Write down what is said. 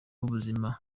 b’ubuzima